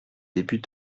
début